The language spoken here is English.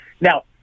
now